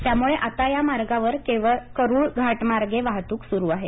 त्यामुळे आता या मार्गावर केवळ करुळ घाटमार्गे वाहतूक सुरू आहे